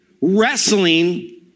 wrestling